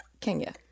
Kenya